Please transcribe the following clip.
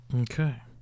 Okay